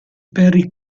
perry